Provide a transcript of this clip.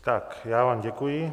Tak já vám děkuji.